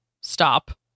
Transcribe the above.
Stop